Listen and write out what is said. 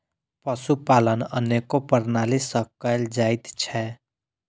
पशुपालन अनेको प्रणाली सॅ कयल जाइत छै